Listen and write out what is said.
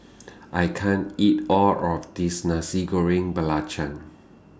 I can't eat All of This Nasi Goreng Belacan